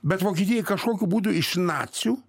bet vokietijai kažkokiu būdu iš nacių